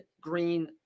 green